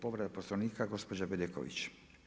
Povreda Poslovnika, gospođa Bedeković.